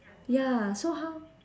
ya so how